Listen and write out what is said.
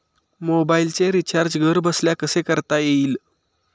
मोबाइलचे रिचार्ज घरबसल्या कसे करता येईल?